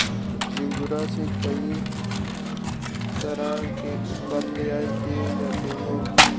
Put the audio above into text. झींगुर से कई तरह के उत्पाद तैयार किये जाते है